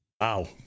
wow